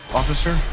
officer